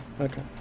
Okay